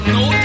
no